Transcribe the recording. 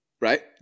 right